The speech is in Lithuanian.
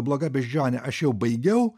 bloga beždžione aš jau baigiau